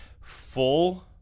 full